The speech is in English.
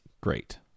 Great